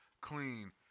clean